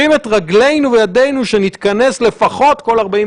שהשב"כ נכנס לפעולה